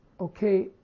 okay